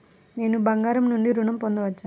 నేను బంగారం నుండి ఋణం పొందవచ్చా?